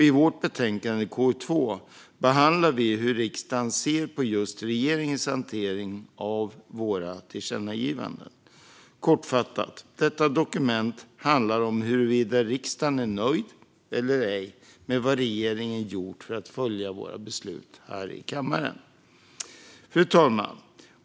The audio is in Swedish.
I vårt betänkande, KU2, behandlar vi hur riksdagen ser på just regeringens hantering av våra tillkännagivanden. Kortfattat: Detta dokument handlar om huruvida riksdagen är nöjd eller ej med vad regeringen gjort för att följa våra beslut här i kammaren. Fru talman!